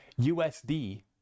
USD